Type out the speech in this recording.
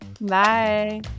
Bye